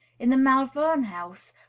in the malvern house,